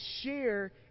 share